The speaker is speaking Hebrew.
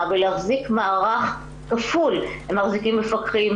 ולהחזיק מערך כפול הם מחזיקים מפקחים,